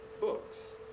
books